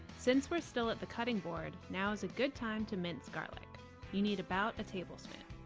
since we're still at the cutting board, now is a good time to mince garlic you need about a tablespoon.